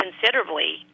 considerably